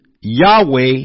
Yahweh